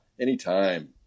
anytime